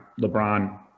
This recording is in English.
LeBron